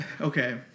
okay